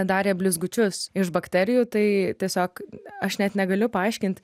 darė blizgučius iš bakterijų tai tiesiog aš net negaliu paaiškint